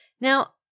Now